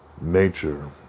nature